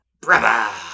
brother